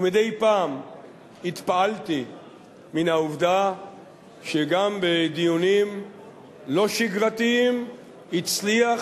ומדי פעם התפעלתי מן העובדה שגם בדיונים לא שגרתיים הצליח